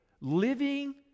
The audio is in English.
living